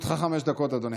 לרשותך חמש דקות, אדוני.